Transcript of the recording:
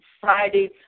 Friday